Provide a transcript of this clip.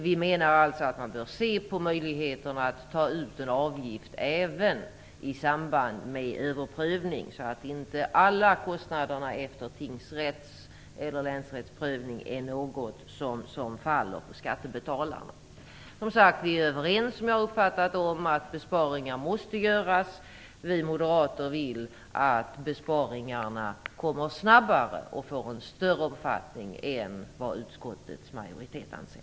Vi menar att man bör se på möjligheterna att ta ut en avgift även i samband med överprövning, så att inte alla kostnader efter tingsrätts eller länsrättsprövning faller på skattebetalarna. Vi är som jag har uppfattat det överens om att besparingar måste göras. Vi moderater vill att besparingarna kommer snabbare och får en större omfattning än vad utskottets majoritet anser.